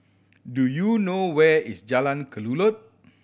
do you know where is Jalan Kelulut